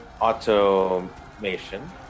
automation